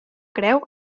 creu